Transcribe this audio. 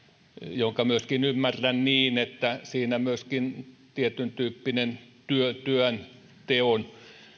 jonka ymmärrän niin että siinä myöskin toteutuu tietyn tyyppinen työnteon